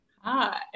Hi